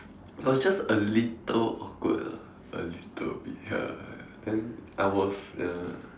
it was just a little awkward lah a little ya then I was uh